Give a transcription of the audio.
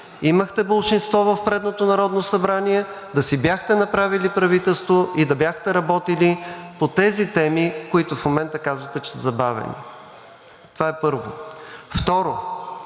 Имахте болшинство в предното Народно събрание, да си бяхте направили правителство и да бяхте работили по тези теми, които в момента казвате, че са забавени. Това е първо. Второ,